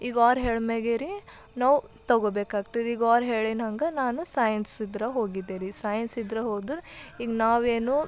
ಈಗ ಅವ್ರ್ ಹೇಳಿದ ಮ್ಯಾಗೇರಿ ನಾವು ತೊಗೊಬೇಕಾಗ್ತದ್ ಈಗ ಅವ್ರ್ ಹೇಳಿನಂಗೆ ನಾನು ಸೈನ್ಸ್ ಇದ್ರಾಗ ಹೋಗಿದ್ದೆ ರೀ ಸೈನ್ಸ್ ಇದ್ರಾಗ ಹೋದ್ರೆ ಈಗ ನಾವೇನು